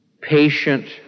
patient